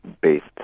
based